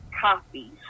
copies